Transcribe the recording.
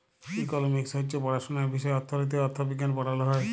economics হছে পড়াশুলার বিষয় অথ্থলিতি, অথ্থবিজ্ঞাল পড়াল হ্যয়